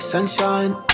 Sunshine